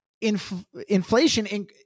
inflation